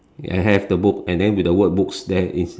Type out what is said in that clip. I have the book and then with the word books there is